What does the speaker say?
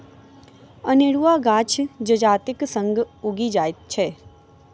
अनेरुआ गाछ जजातिक संग उगि जाइत अछि